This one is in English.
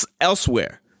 elsewhere